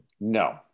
No